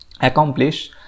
accomplish